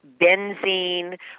benzene